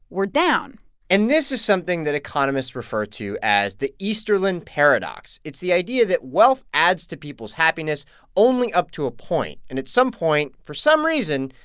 were down and this is something that economists refer to as the easterlin paradox. it's the idea that wealth adds to people's happiness only up to a point. and at some point, for some reason,